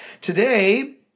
Today